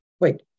Wait